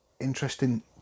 interesting